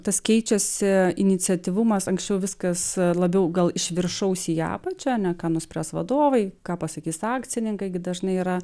tas keičiasi iniciatyvumas anksčiau viskas labiau gal iš viršaus į apačią ne ką nuspręs vadovai ką pasakys akcininkai dažnai yra